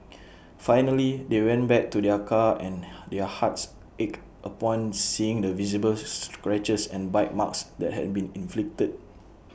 finally they went back to their car and their hearts ached upon seeing the visible scratches and bite marks that had been inflicted